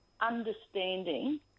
understanding